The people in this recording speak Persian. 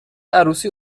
عروسی